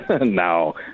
No